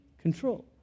control